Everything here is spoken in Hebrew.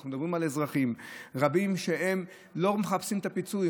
ואנחנו מדברים על אזרחים רבים שלא מחפשים את הפיצוי,